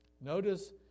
Notice